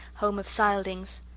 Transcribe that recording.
home of scyldings.